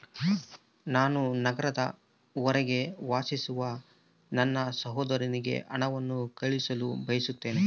ನಾನು ನಗರದ ಹೊರಗೆ ವಾಸಿಸುವ ನನ್ನ ಸಹೋದರನಿಗೆ ಹಣವನ್ನು ಕಳುಹಿಸಲು ಬಯಸುತ್ತೇನೆ